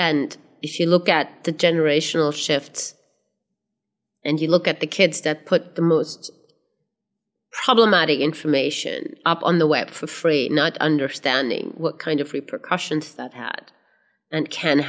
and if you look at the generational shifts and you look at the kids that put the most problematic information up on the web for free not understanding what kind of repercussions that had and can